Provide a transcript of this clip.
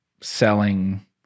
selling